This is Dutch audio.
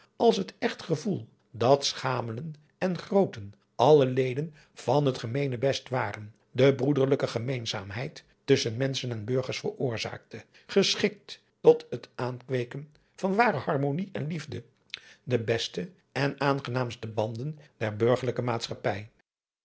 als het echt gevoel dat schamelen en grooten alle leden van het gemeenebest waren de broederlijke gemeenzaamheid tusschen menschen en burgers veroorzaakte geschikt tot het aankweeken van ware harmonie en liefde de beste en aangenaamste banden der burgerlijke maatschappij